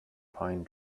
pine